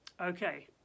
Okay